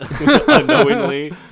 unknowingly